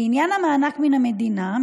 לעניין המענק מן המדינה,